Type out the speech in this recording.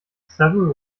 several